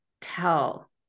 tell